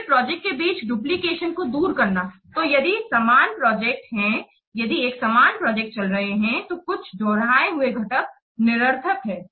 फिर प्रोजेक्ट के बीच डुप्लीकेशन को दूर करना तो यदि समान प्रोजेक्ट हैं यदि एक समान प्रोजेक्ट चल रहे है तो कुछ दोहराये हुए घटक निरर्थक है